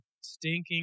stinking